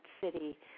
city